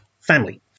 family